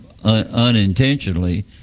unintentionally